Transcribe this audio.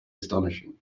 astonishing